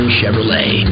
Chevrolet